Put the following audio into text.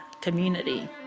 community